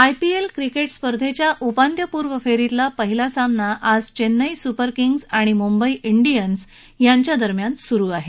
IPL cricket स्पर्धेच्या उपांत्यपूर्व फेरीतला पहिला सामना आज चेन्नई सुपर किंग्ज आणि मुंबई डियन्स यांच्यात सुरु आहे